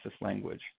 language